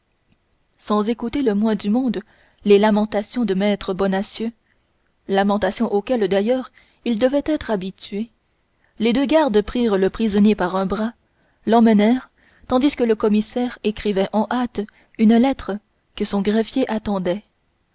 sans écouter le moins du monde les lamentations de maître bonacieux lamentations auxquelles d'ailleurs ils devaient être habitués les deux gardes prirent le prisonnier par un bras et l'emmenèrent tandis que le commissaire écrivait en hâte une lettre que son greffier attendait